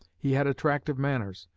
he had attractive manners,